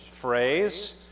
phrase